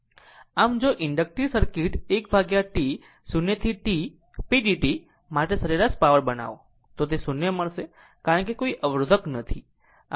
આમ જો inductive circuit 1T 0 થી T p dt માટે સરેરાશ પાવર બનાવો તો તે 0 મળશે કારણ કે અહીં કોઈ અવરોધક નથી